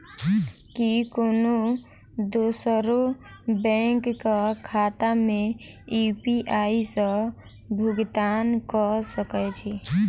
की कोनो दोसरो बैंक कऽ खाता मे यु.पी.आई सऽ भुगतान कऽ सकय छी?